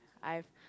I've